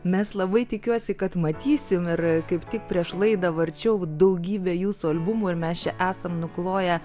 mes labai tikiuosi kad matysim ir kaip tik prieš laidą varčiau daugybę jūsų albumų ir mes esam nukloję